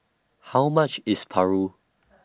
How much IS Paru